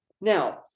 Now